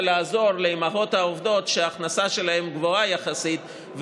לעזור לאימהות העובדות שההכנסה שלהן גבוהה יחסית,